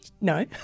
no